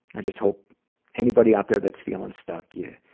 i just hope anybody out there that's feeling stuck, yeah